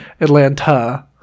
Atlanta